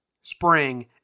spring